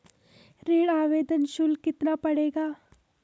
ऋण आवेदन शुल्क कितना पड़ेगा?